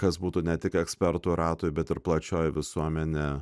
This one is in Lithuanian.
kas būtų ne tik ekspertų ratui bet ir plačioji visuomenė